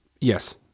Yes